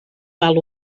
val